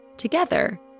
Together